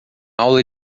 aula